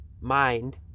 mind